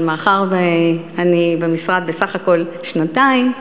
אבל מאחר שאני במשרד בסך הכול שנתיים,